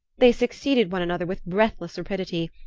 they succeeded one another with breathless rapidity,